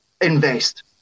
invest